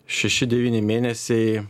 šeši devyni mėnesiai